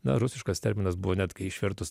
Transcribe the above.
na rusiškas terminas buvo net kai išvertus